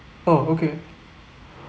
oh okay